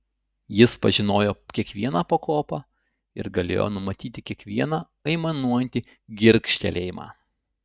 jis pažinojo kiekvieną pakopą ir galėjo numatyti kiekvieną aimanuojantį girgžtelėjimą